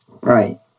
Right